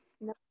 No